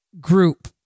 group